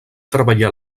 treballar